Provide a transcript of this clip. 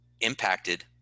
impacted